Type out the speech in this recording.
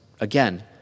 again